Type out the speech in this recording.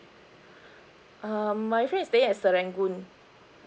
um my friend is staying at serangoon